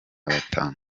batanu